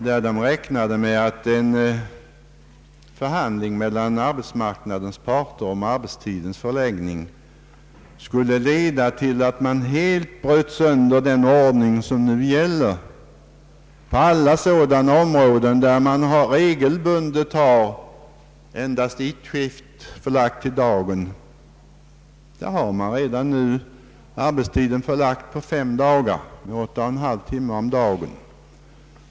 I den räknade man med att en förhandling mellan arbetsmarknadens parter om arbetstidens förläggning skul le leda till att man helt bröt sönder den ordning som nu gäller på alla de områden där man nu regelbundet endast har ett skift, förlagt till dagtid. Där har man redan nu arbetstiden förlagd till fem dagar i veckan med 8,5 timmar om dagen.